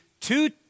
two